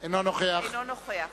אינו נוכח